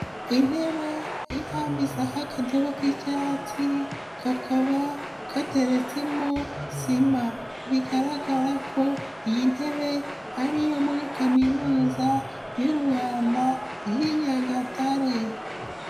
Intebe irambitseho akadobo k'icyatsi kakaba kateretsemo sima, bigaragara ko iyi ntebe ari iyo muri Kaminuza y'u Rwanda y'i Nyagatare.